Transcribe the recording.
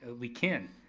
we can.